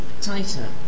tighter